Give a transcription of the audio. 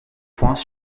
points